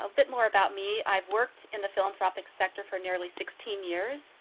ah bit more about me, i've worked in the philanthropic sector for nearly sixteen years,